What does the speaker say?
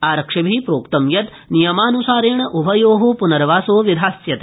आरक्षिभिः प्रोक्तं यत् नियमान्सारेण डभयोः प्नर्वासो विधास्यते